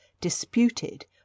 disputed